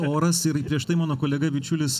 oras ir prieš tai mano kolega bičiulis